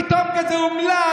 אז אל תשחק אותה פתאום כזה אומלל.